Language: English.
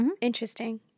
Interesting